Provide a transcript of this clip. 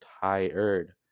tired